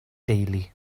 deulu